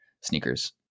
sneakers